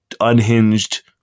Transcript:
unhinged